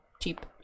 cheap